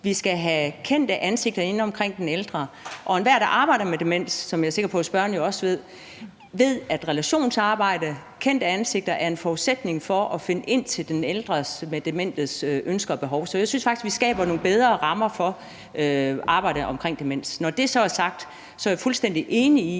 vi skal have kendte ansigter inde omkring den ældre. Og enhver, der arbejder med demens, ved – det er jeg sikker på at spørgeren også ved – at relationsarbejde og kendte ansigter er en forudsætning for at finde ind til den ældre dementes ønsker og behov. Så jeg synes faktisk, vi skaber nogle bedre rammer for arbejdet omkring demens. Når det så er sagt, er jeg fuldstændig enig i,